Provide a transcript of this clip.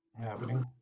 happening